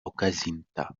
okazinta